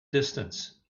distance